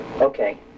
okay